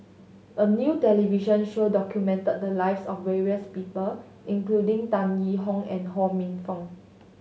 a new television show documented the lives of various people including Tan Yee Hong and Ho Minfong